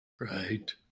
right